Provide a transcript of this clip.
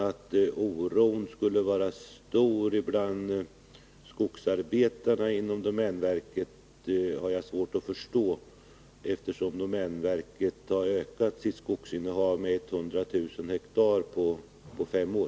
Att oron skulle vara stor bland skogsarbetarna inom domänverket har jag svårt att förstå, eftersom domänverket har ökat sitt skogsinnehav med 100 000 ha på fem år.